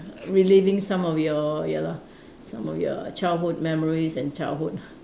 reliving some of your ya lah some of your childhood memory and childhood